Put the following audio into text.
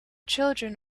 children